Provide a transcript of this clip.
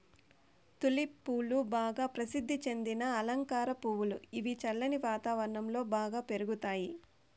tulip పువ్వులు బాగా ప్రసిద్ది చెందిన అలంకార పువ్వులు, ఇవి చల్లని వాతావరణం లో బాగా పెరుగుతాయి